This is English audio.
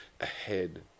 ahead